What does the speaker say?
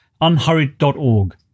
unhurried.org